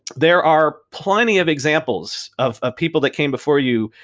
there are plenty of examples of of people that came before you.